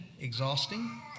exhausting